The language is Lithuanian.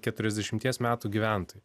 keturiasdešimties metų gyventojų